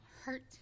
hurt